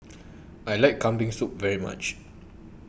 I like Kambing Soup very much